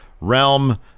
realm